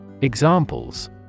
Examples